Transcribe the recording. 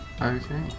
Okay